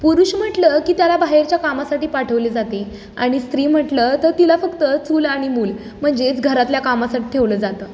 पुरुष म्हटलं की त्याला बाहेरच्या कामासाठी पाठवले जाते आणि स्त्री म्हटलं तर तिला फक्त चूल आणि मूल म्हणजेच घरातल्या कामासाठी ठेवलं जातं